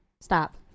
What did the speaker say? Stop